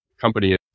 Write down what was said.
company